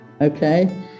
Okay